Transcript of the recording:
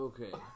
Okay